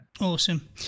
Awesome